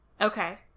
Okay